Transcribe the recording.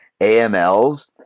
AMLs